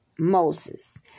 Moses